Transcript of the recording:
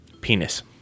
Penis